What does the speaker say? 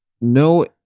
No